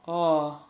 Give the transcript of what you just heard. orh